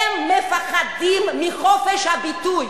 הם מפחדים מחופש הביטוי.